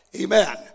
Amen